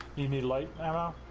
in the light and